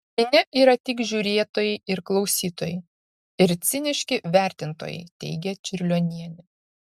minia yra tik žiūrėtojai ir klausytojai ir ciniški vertintojai teigia čiurlionienė